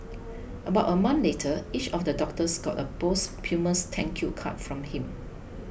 about a month later each of the doctors got a posthumous thank you card from him